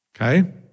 Okay